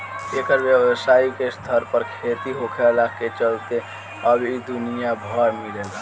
एकर व्यावसायिक स्तर पर खेती होखला के चलते अब इ दुनिया भर में मिलेला